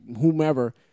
whomever